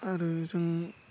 आरो जों